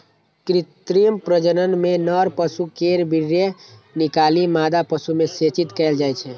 कृत्रिम प्रजनन मे नर पशु केर वीर्य निकालि मादा पशु मे सेचित कैल जाइ छै